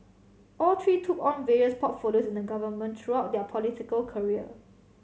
all three took on various portfolios in the government throughout their political career